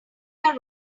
your